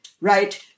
right